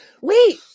Wait